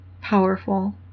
powerful